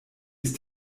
ist